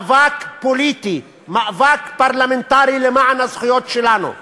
מאבק פוליטי, מאבק פרלמנטרי, למען הזכויות שלנו.